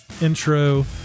intro